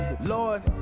Lord